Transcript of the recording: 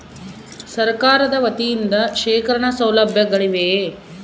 ಸರಕಾರದ ವತಿಯಿಂದ ಶೇಖರಣ ಸೌಲಭ್ಯಗಳಿವೆಯೇ?